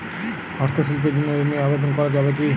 হস্তশিল্পের জন্য ঋনের আবেদন করা যাবে কি?